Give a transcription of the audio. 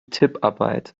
tipparbeit